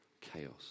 chaos